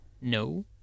No